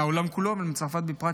מהעולם כולו ומצרפת בפרט,